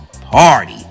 Party